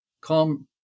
Calm